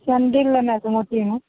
sandal लेनाइ छै मोतीमे